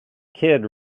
kid